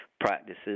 practices